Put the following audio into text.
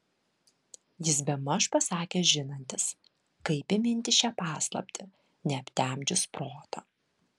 jis bemaž pasakė žinantis kaip įminti šią paslaptį neaptemdžius proto